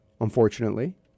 unfortunately